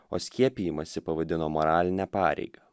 o skiepijimąsi pavadino moraline pareiga